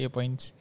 Points